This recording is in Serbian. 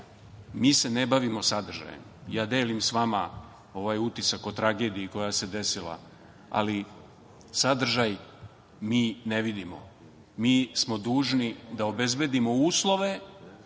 Mi se ne bavimo sadržajem. Delim s vama ovaj utisak o tragediji koja se desila, ali sadržaj mi ne vidimo. Mi smo dužni da obezbedimo uslove